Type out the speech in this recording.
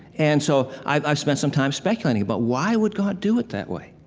and so, i've i've spent some time speculating about why would god do it that way?